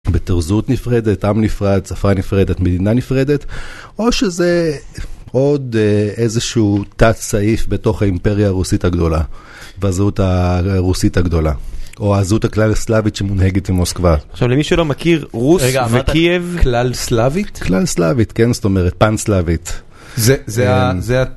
בטרזות נפרדת, עם נפרד, שפה נפרדת, מדינה נפרדת או שזה עוד איזשהו תת-סעיף בתוך האימפריה הרוסית הגדולה והזהות הרוסית הגדולה או הזהות הכלל הסלאבית שמונהגת עם מוסקווה. עכשיו, למי שלא מכיר, רוס וקייב. רגע, מה זה כלל סלאבית? כלל סלאבית, כן, זאת אומרת, פן-סלאבית.